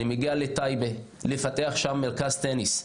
אני מגיע לטייבה לפתח שם מרכז טניס,